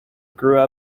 grew